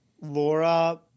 Laura